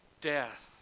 death